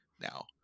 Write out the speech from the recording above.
now